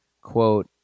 quote